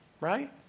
right